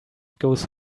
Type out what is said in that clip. goes